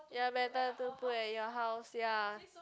ya better don't put at your house ya